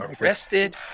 Arrested